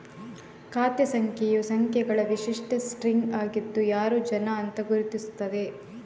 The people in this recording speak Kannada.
ಖಾತೆ ಸಂಖ್ಯೆಯು ಸಂಖ್ಯೆಗಳ ವಿಶಿಷ್ಟ ಸ್ಟ್ರಿಂಗ್ ಆಗಿದ್ದು ಯಾರು ಜನ ಅಂತ ಗುರುತಿಸ್ತದೆ